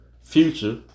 future